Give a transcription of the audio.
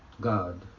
God